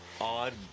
odd